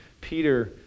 Peter